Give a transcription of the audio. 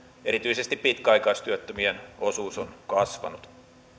erityisesti pitkäaikaistyöttömien osuus on kasvanut